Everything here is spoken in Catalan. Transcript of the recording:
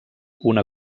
una